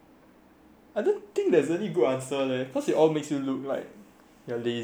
any good answer leh cause it all makes you look like you're lazy you know